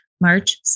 March